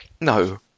No